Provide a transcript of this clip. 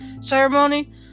ceremony